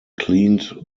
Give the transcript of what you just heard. cleaned